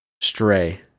Stray